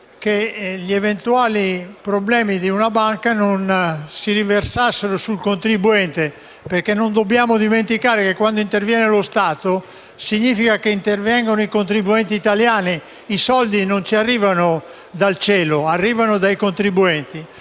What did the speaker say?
che gli eventuali problemi di una banca si riversassero sul contribuente. Non dobbiamo dimenticare, infatti, che quando interviene lo Stato significa che intervengono i contribuenti italiani: i soldi non arrivano dal cielo, ma dai contribuenti.